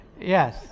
Yes